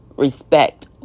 respect